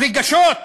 רגשות?